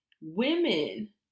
women